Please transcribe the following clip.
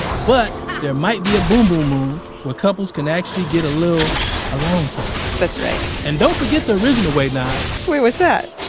but there might be a boom boom room where couples can actually get a little alone time that's right and don't forget the original way, nyge wait, what's that?